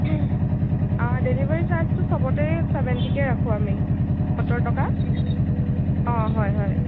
delivery চাৰ্জটো চবতেই ছেভেণ্টিকৈ ৰাখোঁ আমি সত্তৰ টকা অঁ হয় হয়